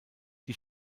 die